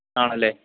ആണല്ലെ